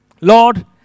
Lord